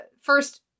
first-